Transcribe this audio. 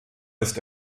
ist